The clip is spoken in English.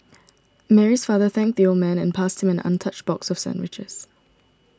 Mary's father thanked the old man and passed him an untouched box of sandwiches